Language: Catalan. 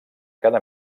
cada